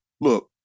look